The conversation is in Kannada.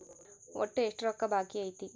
ಒಟ್ಟು ಎಷ್ಟು ರೊಕ್ಕ ಬಾಕಿ ಐತಿ?